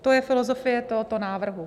To je filozofie tohoto návrhu.